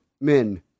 men